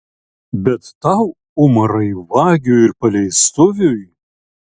bet tau umarai vagiui ir paleistuviui